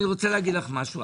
אני רוצה להגיד לך משהו,